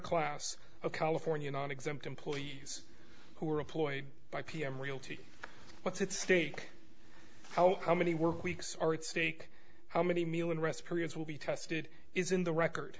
class of california nonexempt employees who are employed by pm realty what's at stake how how many work weeks are at stake how many million rest periods will be tested is in the record